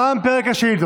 עלה נעלה, תם פרק השאילתות.